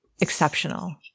exceptional